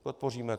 Podpoříme.